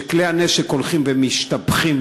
שכלי הנשק הולכים ומשתבחים,